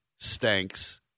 stanks